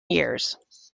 years